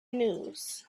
news